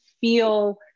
feel